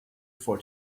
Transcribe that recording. for